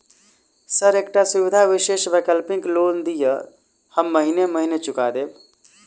Sir एकटा सुविधा विशेष वैकल्पिक लोन दिऽ हम महीने महीने चुका देब?